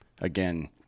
Again